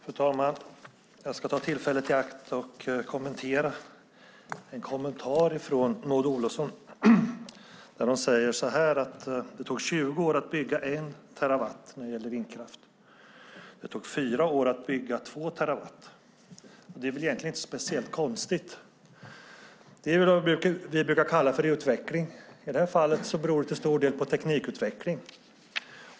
Fru talman! Jag ska ta tillfället i akt och kommentera en kommentar från Maud Olofsson när hon säger att det tog 20 år att uppnå den första terawattimmen när det gäller vindkraft och 4 år att uppnå den andra. Det är egentligen inte speciellt konstigt. Det är vad vi brukar kalla utveckling. I det här fallet beror det till stor del på teknikutveckling.